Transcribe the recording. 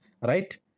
Right